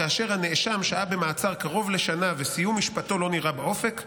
כאשר הנאשם שהה במעצר קרוב לשנה וסיום משפטו לא נראה באופק,